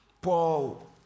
Paul